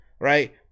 Right